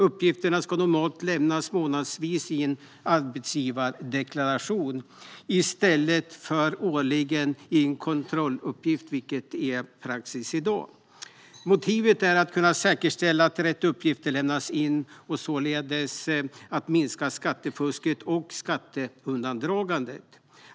Uppgifterna ska normalt lämnas månadsvis i en arbetsgivardeklaration i stället för årligen i en kontrolluppgift, vilket är praxis i dag. Motivet är att kunna säkerställa att rätt uppgifter lämnas in och således att minska skattefusket och skatteundandragandet.